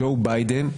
ג'ו ביידן,